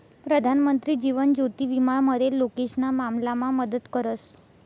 प्रधानमंत्री जीवन ज्योति विमा मरेल लोकेशना मामलामा मदत करस